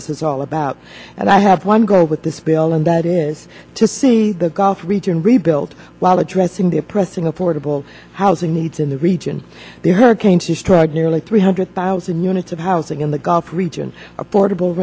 this is all about and i have one goal with this bill and that is to see the gulf region rebuild while addressing the pressing affordable housing needs in the region the hurricane to strike nearly three hundred thousand units of housing in the gulf region affordable